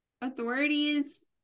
authorities